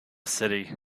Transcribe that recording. city